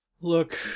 Look